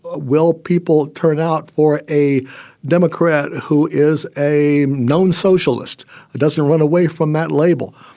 ah will people turn out for a democrat who is a known socialist who doesn't run away from that label?